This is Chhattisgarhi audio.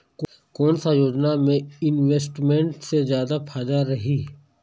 कोन सा योजना मे इन्वेस्टमेंट से जादा फायदा रही?